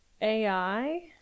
AI